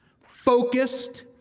focused